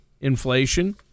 inflation